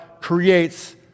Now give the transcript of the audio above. creates